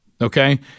Okay